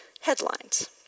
headlines